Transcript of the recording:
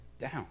down